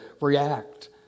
react